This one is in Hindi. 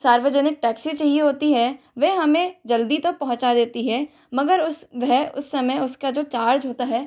एक सार्वजनिक टेक्सी चाहिए होती है वह हमें जल्दी तो पहुँचा देती है मगर उस वह उस समय उसका जो चार्ज होता है